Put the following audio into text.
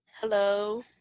Hello